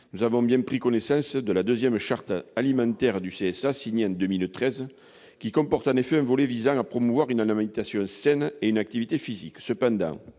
nous avons bien pris connaissance de la deuxième charte alimentaire du CSA, signée en 2013, qui comporte un volet visant à promouvoir une alimentation saine et une activité physique. Cependant,